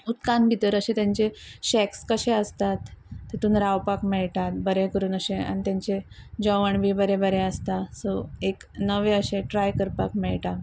उदकांत भितर अशें तेंचे शेक्स कशे आसतात तितून रावपाक मेळटात बरें करून अशे आनी तांचे जेवण बी बरें बरें आसता सो एक नवें अशें ट्राय करपाक मेळटा